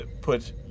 put